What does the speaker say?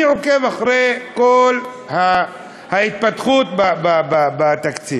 אני עוקב אחרי כל ההתפתחות בתקציב.